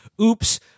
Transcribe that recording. Oops